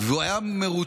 והוא היה מרותק.